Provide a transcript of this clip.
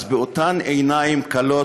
אז באותן עיניים כלות,